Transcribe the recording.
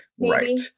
Right